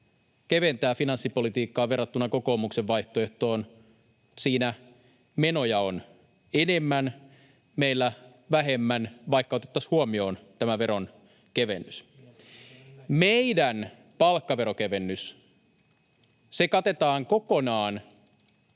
keventää finanssipolitiikkaa verrattuna kokoomuksen vaihtoehtoon. Siinä menoja on enemmän, meillä vähemmän, vaikka otettaisiin huomioon tämä veronkevennys. [Tuomas Kettunen: Mielenkiintoinen